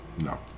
No